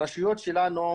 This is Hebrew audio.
הרשויות שלנו,